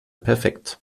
perfekt